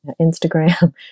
Instagram